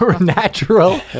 Natural